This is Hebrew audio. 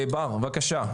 בר, בבקשה.